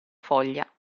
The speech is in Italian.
foglia